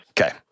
Okay